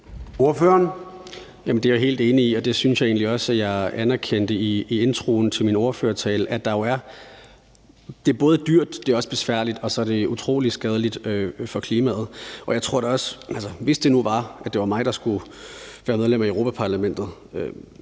Det er jeg helt enig i, og det synes jeg egentlig også at jeg anerkendte i introen til min ordførertale, altså at det jo både er dyrt og også besværligt, og så er det utrolig skadeligt for klimaet. Og hvis det nu var mig, der skulle være medlem af Europa-Parlamentet,